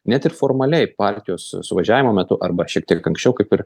net ir formaliai partijos su suvažiavimo metu arba šiek tiek anksčiau kaip ir